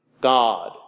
God